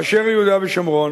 באשר ליהודה ושומרון,